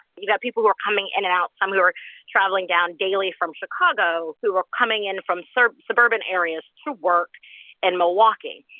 you've got people who are coming in and out, some who are traveling down daily from chicago, who are coming in from so suburban areas to work in and milwaukee.